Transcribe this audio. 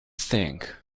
think